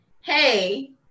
hey